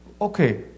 Okay